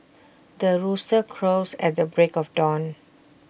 the rooster crows at the break of dawn